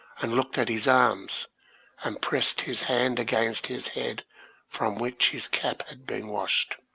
and looked at his arms and pressed his hand against his head from which his cap had been washed.